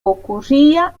ocurría